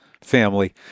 family